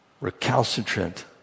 recalcitrant